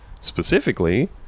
specifically